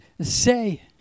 say